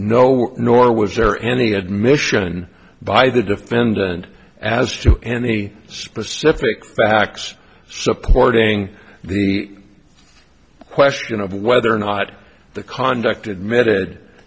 no nor was there any admission by the defendant as to any specific facts supporting the question of whether or not the conduct admitted